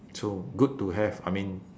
so good to have I mean